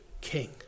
king